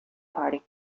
party